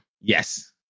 Yes